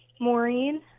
Maureen